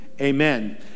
amen